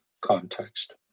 context